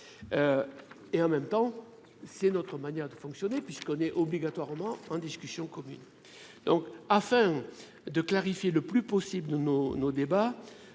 et en même temps c'est notre manière de fonctionner puisqu'on est obligatoirement en discussion commune donc, afin de clarifier le plus possible de nos nos débats,